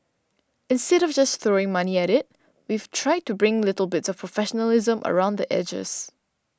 instead of just throwing money at it we've tried to bring little bits of professionalism around the edges